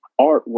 artwork